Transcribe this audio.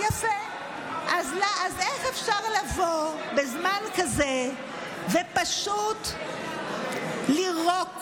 אז איך אפשר לבוא בזמן כזה ופשוט לירוק,